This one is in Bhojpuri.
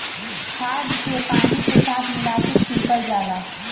खाद के पानी के साथ मिला के छिड़कल जाला